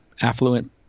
affluent